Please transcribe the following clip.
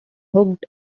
hooked